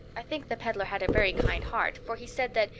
i think the peddler had a very kind heart, for he said that,